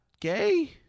gay